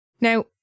Now